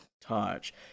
touch